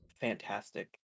fantastic